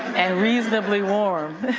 and reasonably warm.